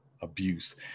abuse